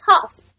tough